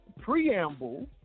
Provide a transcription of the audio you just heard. preamble